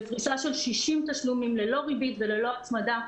בפריסה של 60 תשלומים ללא ריבית וללא הצמדה.